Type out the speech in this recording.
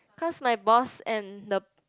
cause my boss and the